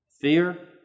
Fear